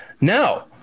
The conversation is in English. now